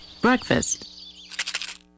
breakfast